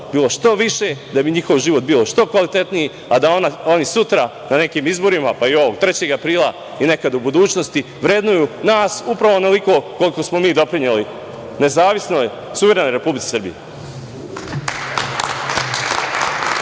bilo što više, da bi njihov život bio što kvalitetniji, a da oni sutra na nekim izborima, pa ovog 3. aprila i nekad u budućnosti vrednuju nas upravo onoliko koliko smo mi doprineli nezavisnoj, suverenoj Republici Srbiji.